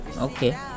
Okay